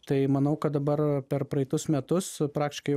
tai manau kad dabar per praeitus metus praktiškai